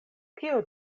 kio